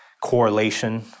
correlation